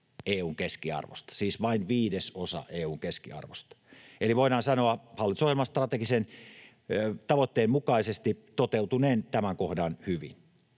siis vain viidesosa EU:n keskiarvosta. Eli voidaan sanoa hallitusohjelman strategisen tavoitteen mukaisesti tämän kohdan